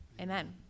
amen